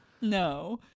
No